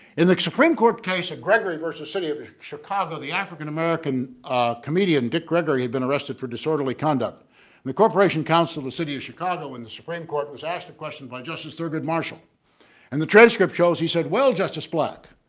in the supreme court case of gregory versus city of chicago the african american comedian dick gregory had been arrested for disorderly conduct the corporation counsel the city of chicago and the supreme court was asked a question by justice thurgood marshall and the transcript shows he said well, justice black